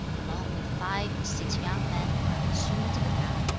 along with five or six young men who have assumed the cap,